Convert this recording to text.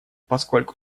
поскольку